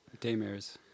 daymares